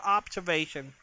observation